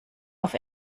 auf